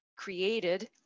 created